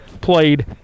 played